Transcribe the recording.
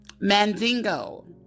Mandingo